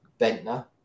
Bentner